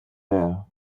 here